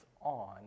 on